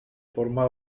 forma